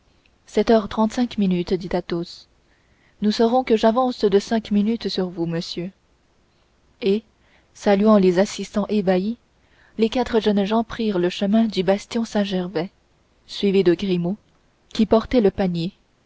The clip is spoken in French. sept heures trente-cinq minutes dit athos nous saurons que j'avance de cinq minutes sur vous monsieur et saluant les assistants ébahis les quatre jeunes gens prirent le chemin du bastion saint-gervais suivis de grimaud qui portait le panier